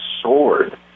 sword